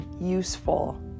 useful